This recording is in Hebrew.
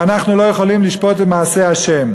ואנחנו לא יכולים לשפוט את מעשי ה'.